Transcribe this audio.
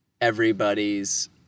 everybody's